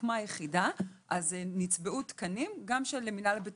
כשהוקמה היחידה נצבעו תקנים גם של מינהל הבטיחות.